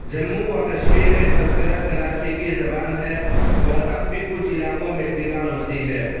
جموں و کشمیر میں سنسکرت کلاسیکی زبان ہے اور اب بھی کچھ علاقوں میں استعمال ہوتی ہے